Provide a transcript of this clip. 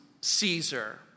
Caesar